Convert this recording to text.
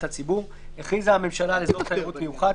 הציבור 12ו. הכריזה הממשלה על אזור תיירות מיוחד,